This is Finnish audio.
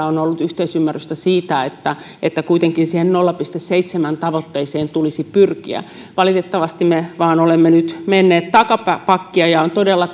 on ollut yhteisymmärrystä siitä että että kuitenkin siihen nolla pilkku seitsemän tavoitteeseen tulisi pyrkiä valitettavasti me vain olemme nyt menneet takapakkia ja on todella